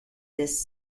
this